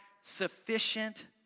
sufficient